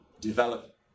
develop